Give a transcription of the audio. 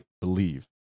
believe